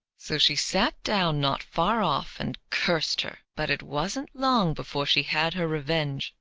so she sat down not far off and cursed her. but it wasn't long before she had her revenge.